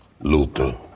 Luther